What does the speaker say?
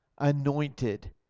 anointed